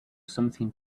something